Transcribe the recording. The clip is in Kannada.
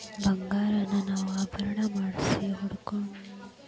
ಬಂಗಾರಾನ ನಾವ ಆಭರಣಾ ಮಾಡ್ಸಿ ಹೂಡ್ಕಿಮಾಡಿಡೊದಕ್ಕಿಂತಾ ಬಿಸ್ಕಿಟ್ ರೂಪ್ದಾಗ್ ಹೂಡ್ಕಿಮಾಡೊದ್ ಛೊಲೊ